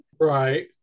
right